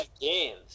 games